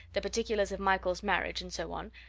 the particulars of michael's marriage, and so on,